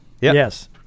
Yes